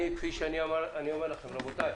אומר לכם רבותי,